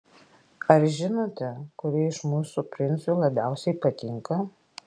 ar žinote kuri iš mūsų princui labiausiai patinka